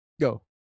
Go